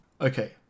Okay